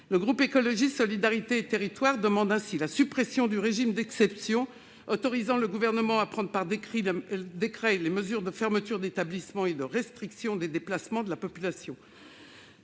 Le groupe Écologiste - Solidarité et Territoires demande ainsi la suppression du régime d'exception autorisant le Gouvernement à prendre par décret les mesures de fermetures d'établissements et de restrictions des déplacements de la population.